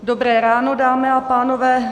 Dobré ráno, dámy a pánové.